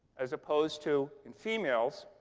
as opposed to and females,